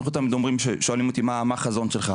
תמיד שואלים אותי מה החזון שלך,